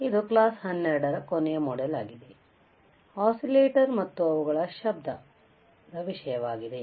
ಇದು ಕ್ಲಾಸ್ 12 ರ ಕೊನೆಯ ಮಾಡ್ಯೂಲ್ ಆಸಿಲೇಟರ ಮತ್ತು ಶಬ್ದದ ವಿಷಯದ್ದಾಗಿದೆ